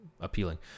Appealing